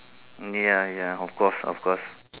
ya ya of course of course